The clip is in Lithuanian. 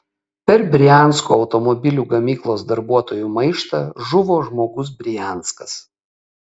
per briansko automobilių gamyklos darbuotojų maištą žuvo žmogus brianskas